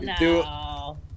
no